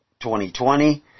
2020